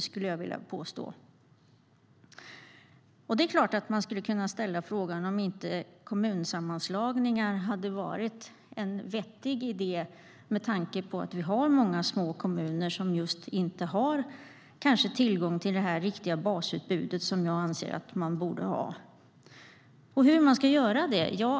Man skulle såklart kunna fråga sig om inte kommunsammanslagningar vore en vettig idé med tanke på att vi har många små kommuner som inte har tillgång till det riktiga basutbud som jag anser borde finnas. Hur ska man göra det?